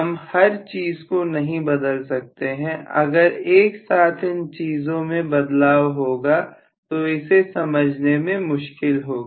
हम हर चीज को नहीं बदल रहे हैं अगर एक साथ इन चीजों में बदलाव होगा तो इसे समझने में मुश्किल होगी